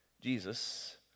Jesus